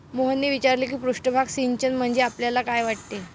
मोहनने विचारले की पृष्ठभाग सिंचन म्हणजे आपल्याला काय वाटते?